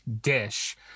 dish